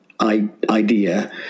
idea